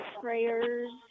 prayers